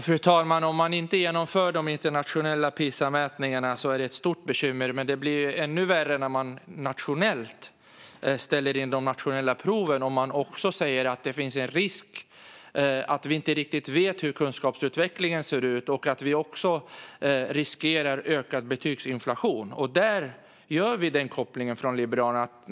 Fru talman! Om man inte genomför de internationella Pisamätningarna är det ett stort bekymmer, men det blir ännu värre när man ställer in de nationella proven och också säger att det finns en risk att vi inte riktigt vet hur kunskapsutvecklingen ser ut och att vi även riskerar ökad betygsinflation. Den kopplingen gör vi i Liberalerna.